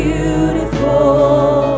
Beautiful